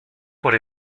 por